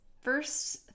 first